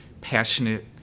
passionate